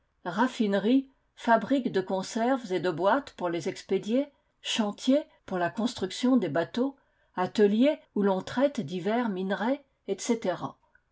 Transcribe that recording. raffineries fabriques de conserves et de boîtes pour les expédier chantiers pour la construction des bateaux ateliers où l'on traite divers minerais etc